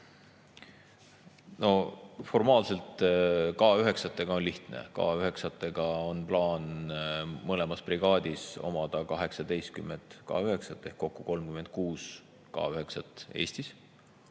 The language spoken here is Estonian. No formaalselt K9-tega on lihtne: on plaan mõlemas brigaadis omada 18 K9 ehk kokku 36 K9 Eestis.